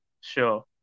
Sure